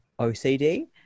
OCD